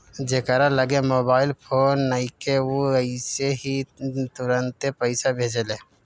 जेकरा लगे mobile phone नइखे उ अइसे ही तुरंते पईसा भेजेला